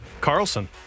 Carlson